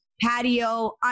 patio